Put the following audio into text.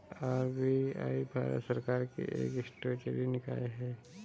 RBI Bharat सरकार की एक स्टेचुअरी निकाय है